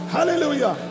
Hallelujah